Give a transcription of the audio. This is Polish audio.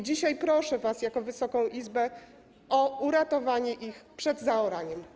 Dzisiaj proszę was, Wysoką Izbę o uratowanie ich przed zaoraniem.